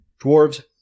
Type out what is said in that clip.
dwarves